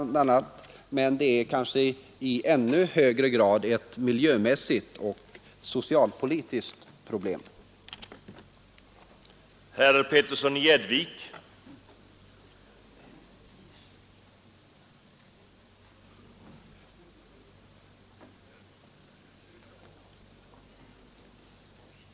Det är i ännu högre grad ett miljömässigt och socialpolitiskt problem.